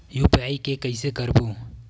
UPI के कइसे करबो?